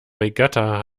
regatta